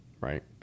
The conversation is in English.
Right